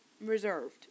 reserved